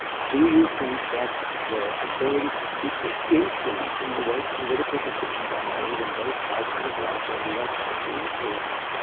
do you think that the ability to speak is influencing the way political decisions are made in those parts of the world where we are trying to influence?